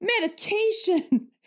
medication